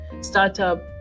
startup